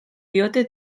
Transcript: diote